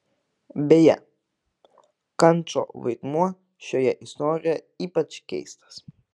beje kančo vaidmuo šioje istorijoje ypač keistas